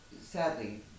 sadly